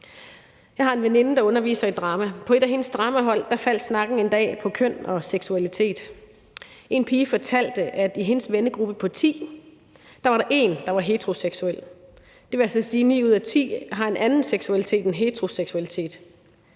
Jeg har en veninde, der underviser i drama. På et af hendes dramahold faldt snakken en dag på køn og seksualitet. En pige fortalte, at i hendes vennegruppe på ti var der en, der var heteroseksuel. Det vil altså sige, at ni ud af ti har en anden seksualitet end heteroseksualitet.